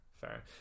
Fair